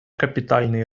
капітальний